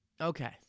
Okay